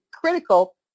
critical